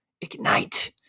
ignite